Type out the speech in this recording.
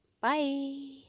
Bye